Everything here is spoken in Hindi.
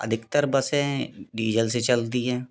अधिकतर बसें डीजल से चलती हैं